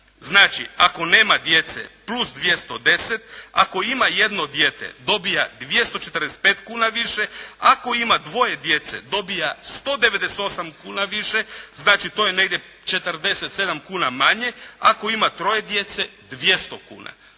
znači ako nema djece plus 210, ako ima jedno dijete dobija 245 kuna više, ako ima dvoje djece dobija 198 kuna više, znači to je negdje 47 kuna manje, ako ima troje djece 200 kuna.